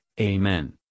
Amen